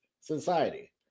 society